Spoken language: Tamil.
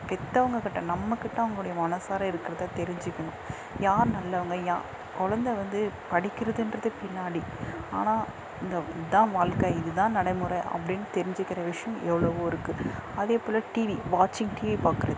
பெற்றவுங்கக் கிட்டே நம்மக் கிட்டே அவங்குடைய மனதார இருக்கிறத தெரிஞ்சுக்கிணும் யார் நல்லவங்கள் யா கொழந்த வந்து படிக்கிறதுங்றது பின்னாடி ஆனால் இந்த இதுதான் வாழ்க்க இது தான் நடைமுறை அப்படின் தெரிஞ்சுக்கிற விஷயம் எவ்வளோவோ இருக்குது அதேப்போல் டிவி வாட்சிங் டிவி பார்க்கறது